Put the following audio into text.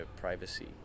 privacy